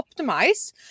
optimize